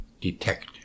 detect